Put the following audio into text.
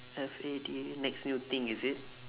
F A D next new thing is it